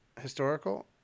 historical